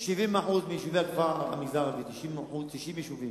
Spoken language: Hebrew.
70% מיישובי המגזר הערבי, 90 יישובים,